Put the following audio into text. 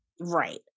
Right